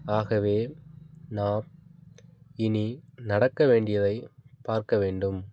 ஆகவே நாம் இனி நடக்க வேண்டியதைப் பார்க்க வேண்டும்